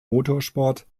motorsport